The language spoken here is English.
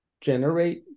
generate